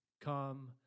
come